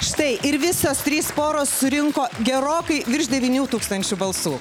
štai ir visos trys poros surinko gerokai virš devynių tūkstančių balsų